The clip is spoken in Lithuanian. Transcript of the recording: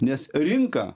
nes rinka